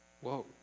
Whoa